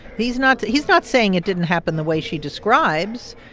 he's not he's not saying it didn't happen the way she describes.